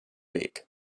weg